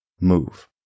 move